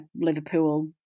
Liverpool